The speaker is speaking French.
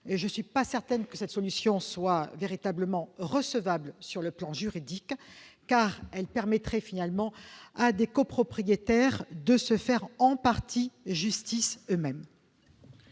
je ne suis pas certaine qu'elle soit véritablement recevable sur le plan juridique, car cela permettrait à des copropriétaires de se faire en partie justice eux-mêmes.